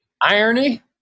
Irony